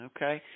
Okay